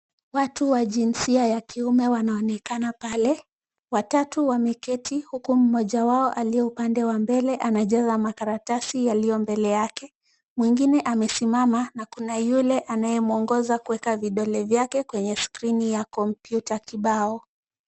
Watu wa jinsia ya kiume wanaonekana pale. Watatu wameketi huku mmoja wao aliye upande wa mbele anajaza makaratasi yaliyo mbele yake, mwingine amesimama na kuna yule anayemwongoza kuweka vidole vyake kwenye skrini ya computer kibao.